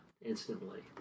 Instantly